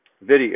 video